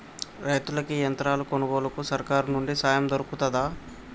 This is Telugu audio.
రైతులకి యంత్రాలు కొనుగోలుకు సర్కారు నుండి సాయం దొరుకుతదా?